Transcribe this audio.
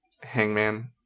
Hangman